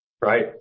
right